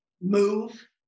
move